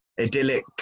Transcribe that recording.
Idyllic